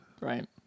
right